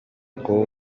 kuba